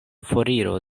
foriro